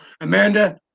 amanda